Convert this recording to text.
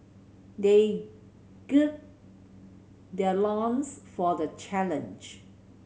they gird their loins for the challenge